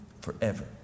forever